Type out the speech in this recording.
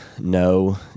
no